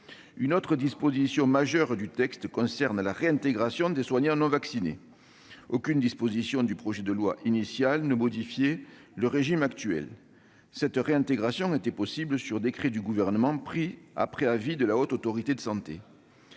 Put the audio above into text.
Une autre disposition majeure du texte concerne la réintégration des soignants non vaccinés. Aucune mesure du projet de loi initial ne modifiait le régime actuel : cette réintégration était possible par décret du Gouvernement pris après avis de la Haute Autorité de santé.